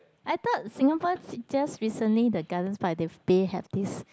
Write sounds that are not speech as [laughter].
I thought Singapore [noise] just recently the garden's park bay they have this